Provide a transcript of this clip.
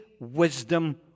wisdom